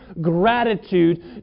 gratitude